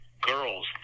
girls